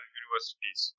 universities